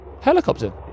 helicopter